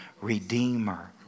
redeemer